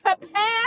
prepare